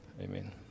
amen